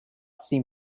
seem